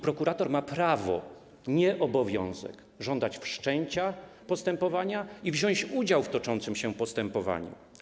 Prokurator ma prawo, nie obowiązek, żądać wszczęcia postępowania i wziąć udział w toczącym się postępowaniu.